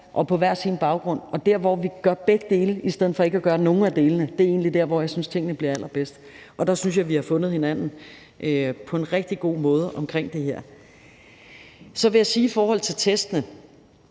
og med hver vores baggrund. Og der, hvor vi gør begge dele i stedet for ikke at gøre nogen af delene, er egentlig der, hvor jeg synes tingene bliver allerbedst. Der synes jeg, vi har fundet hinanden på en rigtig god måde omkring det her. Kl. 17:37 Så vil jeg i forhold til testene